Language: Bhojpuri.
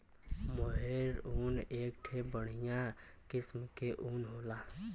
मोहेर ऊन एक ठे बढ़िया किस्म के ऊन होला